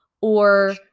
or-